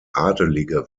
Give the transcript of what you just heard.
adelige